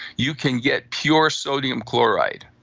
you can get pure sodium chloride,